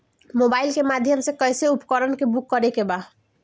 Mobile के माध्यम से कैसे उपकरण के बुक करेके बा?